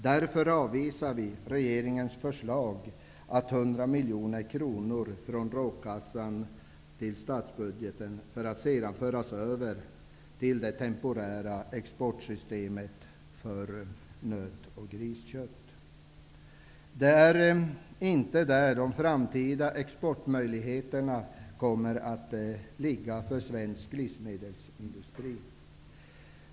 Därför avvisar vi regeringens förslag att 100 miljoner kronor förs över från RÅK-kassan till statsbudgeten för att sedan föras över till det temporära exportsystemet för nöt och griskött. Det är inte där de framtida exportmöjligheterna kommer att finnas för svensk livsmedelsindustri.